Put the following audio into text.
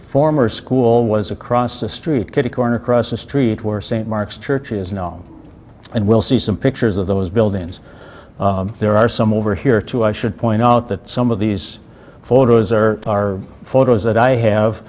former school was across the street kitty corner across the street where st mark's church is now and we'll see some pictures of those buildings there are some over here too i should point out that some of these photos or are photos that i have